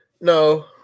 no